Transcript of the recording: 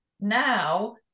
Now